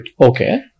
Okay